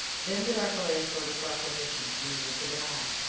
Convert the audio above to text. then did archelaus order proclamation to be made to them all,